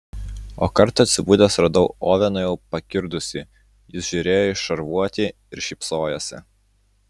o kartą atsibudęs radau oveną jau pakirdusį jis žiūrėjo į šarvuotį ir šypsojosi